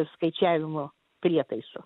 skaičiavimo prietaisų